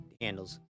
handles